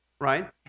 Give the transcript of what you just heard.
right